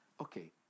okay